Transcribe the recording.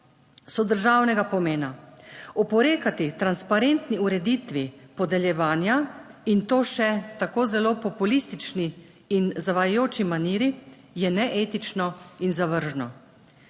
so državnega pomena. Oporekati transparentni ureditvi podeljevanja in to še tako zelo populistični in zavajajoči maniri je neetično in zavržno.